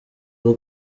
rwo